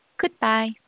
Goodbye